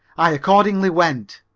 i accordingly went,